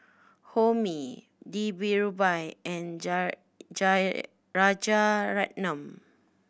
Homi Dhirubhai and Rajaratnam